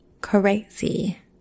crazy